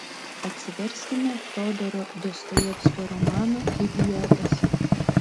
atsiverskime fiodoro dostojevskio romaną idiotas